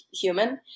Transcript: human